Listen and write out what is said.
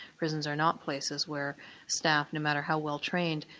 prisons are not places where staff, no matter how well trained,